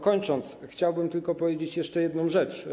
Kończąc, chciałbym powiedzieć jeszcze jedną rzecz.